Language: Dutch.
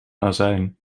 azijn